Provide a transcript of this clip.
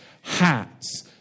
hats